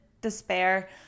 despair